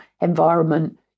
environment